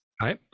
Hi